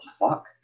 fuck